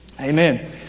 Amen